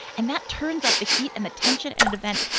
and that turns up the heat and the tension and event.